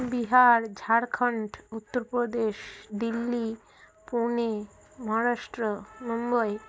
Bihar Jharkhand Uttar Pradesh Delhi Pune Maharashtra Mumbai